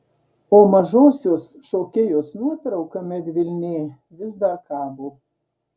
o mažosios šokėjos nuotrauka medvilnėj vis dar kabo